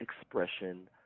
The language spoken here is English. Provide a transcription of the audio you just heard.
expression